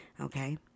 Okay